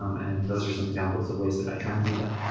um and those are some examples of ways that i try and do that.